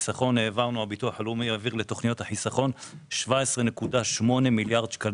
הביטוח הלאומי העביר לתכניות החיסכון 17.8 מיליארד ₪.